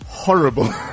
horrible